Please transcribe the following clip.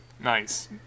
nice